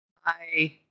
Hi